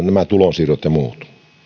nämä tulonsiirrot ja muut